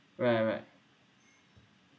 right right